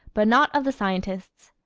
but not of the scientists.